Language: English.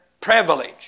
privilege